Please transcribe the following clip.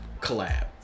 collab